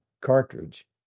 cartridge